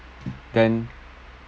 then